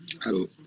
Hello